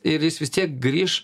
ir jis vis tiek grįš